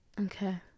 Okay